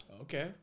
Okay